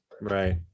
Right